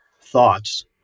thoughts